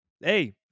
Hey